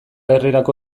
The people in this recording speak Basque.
herrirako